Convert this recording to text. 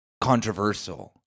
controversial